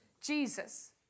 Jesus